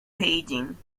paging